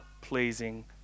pleasing